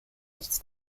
nichts